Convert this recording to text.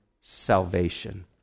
salvation